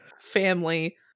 family